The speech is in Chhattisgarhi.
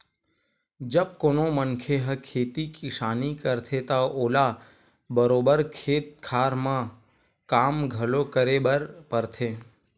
जब कोनो मनखे ह खेती किसानी करथे त ओला बरोबर खेत खार म काम घलो करे बर परथे